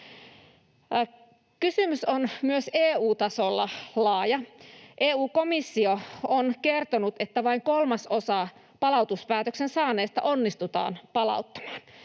Kysymys on myös EU-tasolla laaja. EU-komissio on kertonut, että vain kolmasosa palautuspäätöksen saaneista onnistutaan palauttamaan,